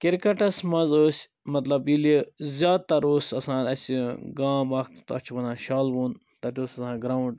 کِرکَٹَس مَنٛز ٲسۍ مَطلَب ییٚلہ زیادٕ تر اوس آسان اسہِ گام اَکھ تتھ چھِ وَنان شالہٕ ووٚن تتہٕ اوس آسان گرٛاوُنٛڈ